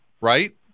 right